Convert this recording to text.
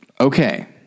Okay